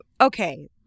okay